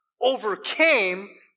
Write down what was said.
overcame